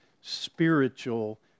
spiritual